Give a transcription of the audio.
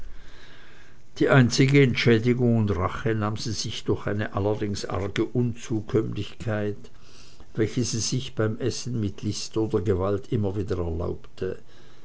die einzige entschädigung und rache nahm sie sich durch eine allerdings arge unzukömmlichkeit welche sie sich beim essen mit list oder gewalt immer wieder erlaubte